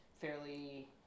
fairly